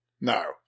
No